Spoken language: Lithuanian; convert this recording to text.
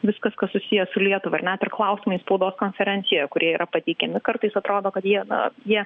viskas kas susiję su lietuva ir net ir klausimai spaudos konferencijoje kurie yra pateikiami kartais atrodo kad jie na jie